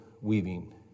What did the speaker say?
weaving